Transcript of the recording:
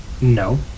No